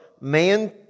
man